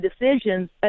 decisions